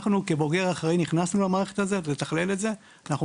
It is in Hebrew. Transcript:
אנחנו כמבוגר האחראי נכנסנו למהלך הזה לתכלל את זה ואנחנו